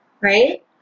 right